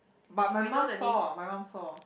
but my mum saw my mum saw